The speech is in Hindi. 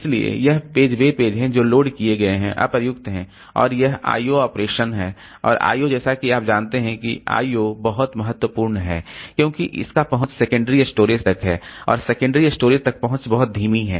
इसलिए यह पेज वे पेज हैं जो लोड किए गए हैं अप्रयुक्त हैं और यह I O ऑपरेशन है और I O जैसा कि आप जानते हैं कि I O बहुत महत्वपूर्ण है क्योंकि इसका पहुँच सेकेंडरी स्टोरेज तक है और सेकेंडरी स्टोरेज तक पहुँच बहुत धीमी है